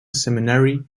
seminary